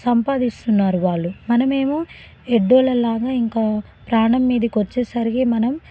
సంపాదిస్తున్నారు వాళ్ళు మనమేమో ఎడ్డోళ్ళ లాగా ఇంకా ప్రాణం మీదకి వచ్చేసరికి మనం